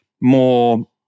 more